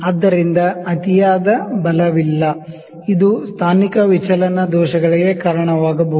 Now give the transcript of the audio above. ಆದ್ದರಿಂದ ಅತಿಯಾದ ಬಲವಿಲ್ಲ ಇದು ಸ್ಥಾನಿಕ ವಿಚಲನ ದೋಷಗಳಿಗೆ ಕಾರಣವಾಗಬಹುದು